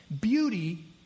Beauty